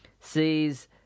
sees